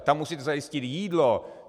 Tam musíte zajistit jídlo.